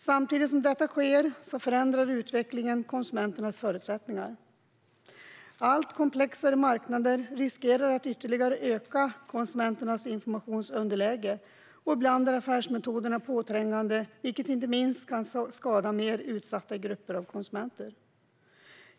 Samtidigt som detta sker förändrar utvecklingen konsumenternas förutsättningar. Allt komplexare marknader riskerar att ytterligare öka konsumenternas informationsunderläge, och ibland är affärsmetoderna påträngande, vilket inte minst kan skada mer utsatta grupper av konsumenter.